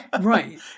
Right